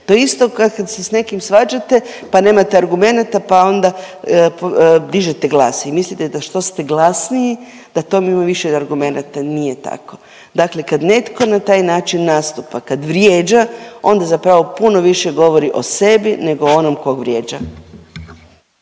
To isto kad se s nekim svađate pa nemate argumenata pa onda dižete glas i mislite što ste glasniji da u tom ima više argumenata. Nije tako. Dakle, kad netko na taj način nastupa, kad vrijeđa onda zapravo puno više govori o sebi nego o onom kog vrijeđa.